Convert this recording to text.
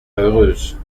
heureuse